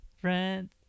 friends